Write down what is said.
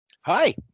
Hi